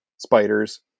spiders